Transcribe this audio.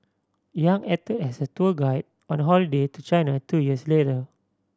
Yang act as her tour guide on a holiday to China two years later